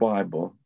Bible